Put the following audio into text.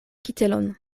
kitelon